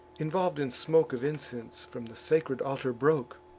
involv'd in smoke of incense, from the sacred altar broke,